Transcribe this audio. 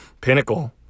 pinnacle